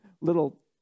little